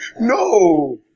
No